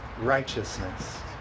Righteousness